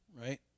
right